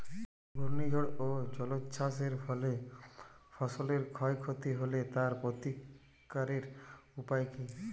ঘূর্ণিঝড় ও জলোচ্ছ্বাস এর ফলে ফসলের ক্ষয় ক্ষতি হলে তার প্রতিকারের উপায় কী?